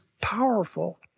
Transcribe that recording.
powerful